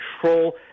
control